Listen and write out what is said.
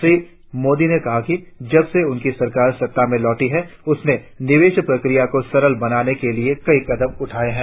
श्री मोदी ने कहा कि जब से उनकी सरकार सत्ता में लौटी है उसमें निवेश प्रक्रिया को सरल बनाने के लिए कई कदम उठाए हैं